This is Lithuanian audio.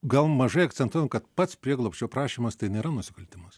gal mažai akcentuojam kad pats prieglobsčio prašymas tai nėra nusikaltimas